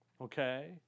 Okay